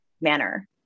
manner